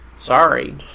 Sorry